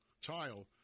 child